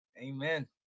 amen